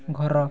ଘର